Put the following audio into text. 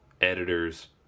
editor's